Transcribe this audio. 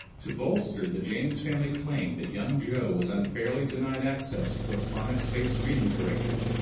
to bolster the james family claimed that young joe was unfairly denied access to a phonics based reading curriculum,